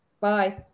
Bye